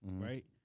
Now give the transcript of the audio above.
right